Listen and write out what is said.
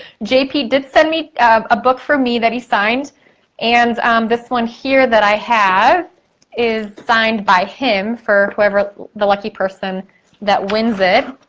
jp did send me a book for me that he signed and this one here that i have is signed by him for whoever the lucky person that wins it,